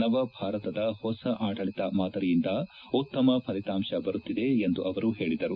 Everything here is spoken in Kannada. ನವಭಾರತದ ಹೊಸ ಆಡಳಿತ ಮಾದರಿಯಿಂದ ಉತ್ತಮ ಫಲಿತಾಂಶ ಬರುತ್ತಿದೆ ಎಂದು ಅವರು ಹೇಳಿದರು